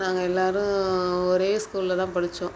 நாங்கள் எல்லோரும் ஒரே ஸ்கூலில் தான் படித்தோம்